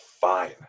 fine